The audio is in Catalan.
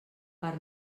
per